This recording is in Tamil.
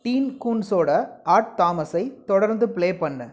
டீன் கூன்ட்ஸோட ஆட் தாமஸை தொடர்ந்து பிளே பண்ணு